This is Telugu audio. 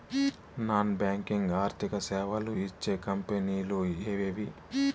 నాన్ బ్యాంకింగ్ ఆర్థిక సేవలు ఇచ్చే కంపెని లు ఎవేవి?